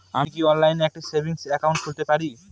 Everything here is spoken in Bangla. আমি কি অনলাইন একটি সেভিংস একাউন্ট খুলতে পারি?